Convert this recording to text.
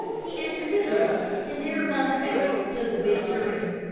he entered the door, and there upon the table stood the big tureen,